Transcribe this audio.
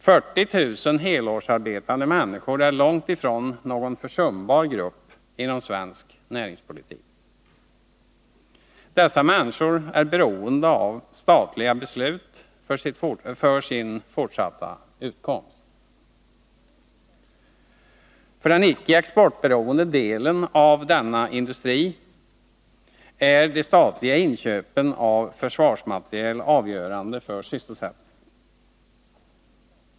40 000 helårsarbetande människor är långt ifrån någon försumbar grupp inom svensk näringspolitik. Dessa människor är beroende av statliga beslut för sin fortsatta utkomst. För den icke exportberoende delen av denna industri är de statliga inköpen av försvarsmateriel avgörande för sysselsättningen.